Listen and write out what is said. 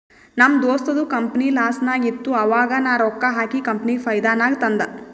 ನಮ್ ದೋಸ್ತದು ಕಂಪನಿ ಲಾಸ್ನಾಗ್ ಇತ್ತು ಆವಾಗ ನಾ ರೊಕ್ಕಾ ಹಾಕಿ ಕಂಪನಿಗ ಫೈದಾ ನಾಗ್ ತಂದ್